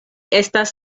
estas